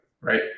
right